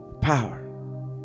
power